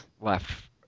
left